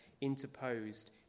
interposed